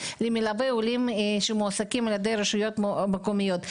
למלווי עולים שמועסקים על ידי רשויות מקומיות.